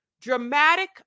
dramatic